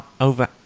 over